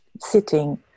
sitting